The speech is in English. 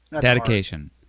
Dedication